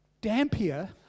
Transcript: Dampier